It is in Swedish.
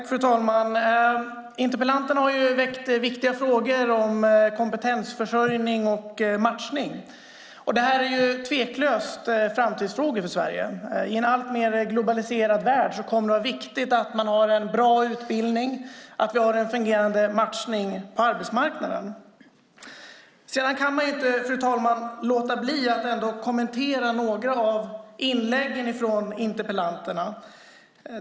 Fru talman! Interpellanterna har väckt viktiga frågor om kompetensförsörjning och matchning. Det här är tveklöst framtidsfrågor för Sverige. I en alltmer globaliserad värld kommer det att vara viktigt att man har en bra utbildning och att vi har en fungerande matchning på arbetsmarknaden. Sedan kan man ändå inte, fru talman, låta bli att kommentera några av inläggen från interpellanterna.